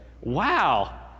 Wow